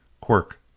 Quirk